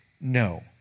no